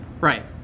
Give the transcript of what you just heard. right